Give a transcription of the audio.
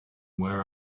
where